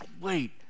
wait